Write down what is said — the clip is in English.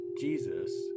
Jesus